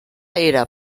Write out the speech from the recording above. era